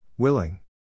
Willing